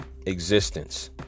existence